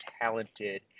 talented